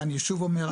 ואני שוב אומר,